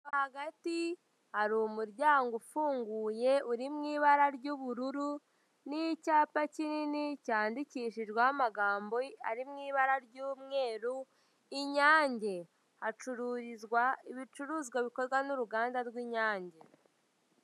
Hagati hari umuryango ufunguye uri mu ibara ry'ubururu n'icyapa kinini cyandikishijweho amagambo ari mu ibara ry'umweru Inyange. hacururizwa ibicuruzwa bikorwa n'uruganda rw'inyange.